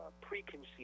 preconceived